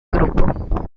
grupo